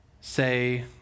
say